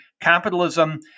capitalism